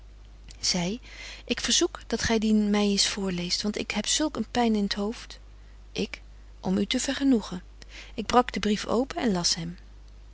zy ik verzoek dat gy dien my eens voorleest want ik heb zulk een pyn in t hoofd ik om u te vergenoegen ik brak den brief open en las hem